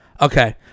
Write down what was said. Okay